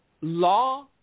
Law